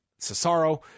Cesaro